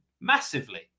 massively